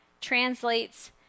translates